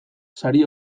sari